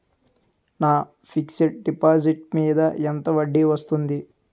నా fixed deposit మీద ఎంత వడ్డీ వస్తుంది?